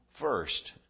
first